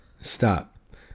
Stop